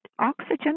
oxygen